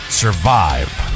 survive